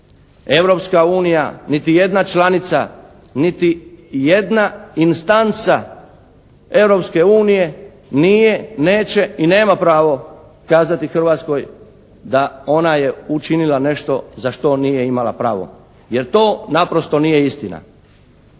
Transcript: Europska unija, niti jedna članica, niti jedna instanca Europske unije nije, neće i nema pravo kazati Hrvatskoj da ona je učinila nešto za što nije imala pravo. Jer to naprosto nije istina.